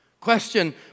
Question